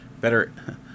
Better